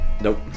Nope